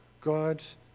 God's